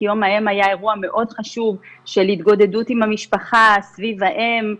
כי יום האם היה אירוע מאוד חשוב של התגודדות עם המשפחה סביב האמא,